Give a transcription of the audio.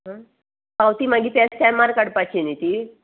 हा पावती मागीर त्याच टायमार काडपाची न्ही ती